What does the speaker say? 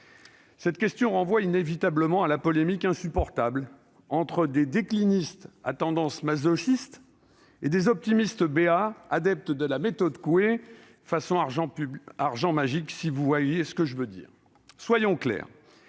Cette question renvoie inévitablement à la polémique insupportable entre des « déclinistes » à tendance masochiste et des optimistes béats, adeptes de la méthode Coué façon « argent magique »- si vous voyez ce que je veux dire. Soyons clairs